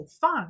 fun